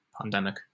pandemic